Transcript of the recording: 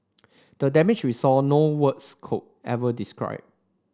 the damage we saw no words could ever describe